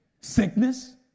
Sickness